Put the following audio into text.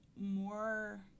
more